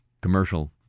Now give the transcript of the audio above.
commercial